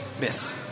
Miss